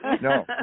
No